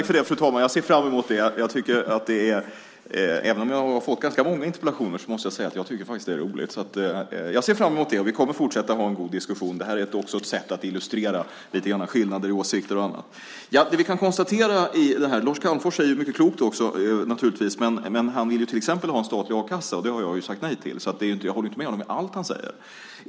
Fru talman! Jag ser fram emot det! Även om jag har fått ganska många interpellationer måste jag säga att jag faktiskt tycker att det är roligt. Vi kommer att fortsätta att ha en diskussion, och detta är också ett sätt att illustrera skillnader i åsikter och annat. Lars Calmfors säger naturligtvis också mycket klokt, men han vill ju till exempel ha en statlig a-kassa, vilket jag har sagt nej till. Jag håller alltså inte med honom i allt han säger.